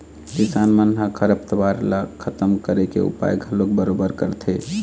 किसान मन ह खरपतवार ल खतम करे के उपाय घलोक बरोबर करथे